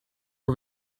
are